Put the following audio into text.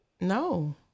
No